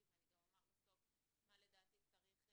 ואני גם אומר בסוף מה לדעתי צריך,